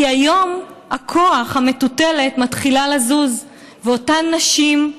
כי היום הכוח, המטוטלת מתחילה לזוז, ואותן נשים,